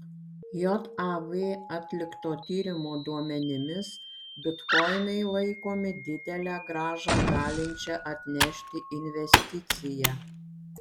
jav atlikto tyrimo duomenimis bitkoinai laikomi didelę grąžą galinčia atnešti investicija